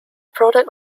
product